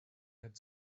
had